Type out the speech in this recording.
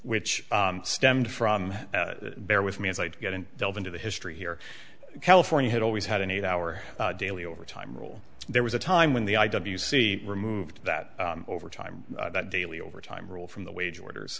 which stemmed from bear with me as i get in delve into the history here california had always had an eight hour daily overtime rule there was a time when the i w c removed that overtime that daily overtime rule from the wage orders